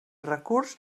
recurs